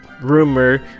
rumor